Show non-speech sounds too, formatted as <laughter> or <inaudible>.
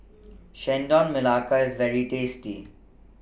<noise> Chendol Melaka IS very tasty